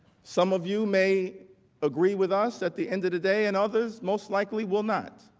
some of you may agree with us at the end of the day and others most likely will not.